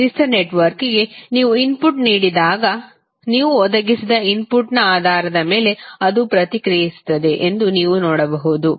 ನಿರ್ದಿಷ್ಟ ನೆಟ್ವರ್ಕ್ಗೆ ನೀವು ಇನ್ಪುಟ್ ನೀಡಿದಾಗ ನೀವು ಒದಗಿಸಿದ ಇನ್ಪುಟ್ನ ಆಧಾರದ ಮೇಲೆ ಅದು ಪ್ರತಿಕ್ರಿಯಿಸುತ್ತದೆ ಎಂದು ನೀವು ನೋಡಬಹುದು